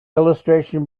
illustration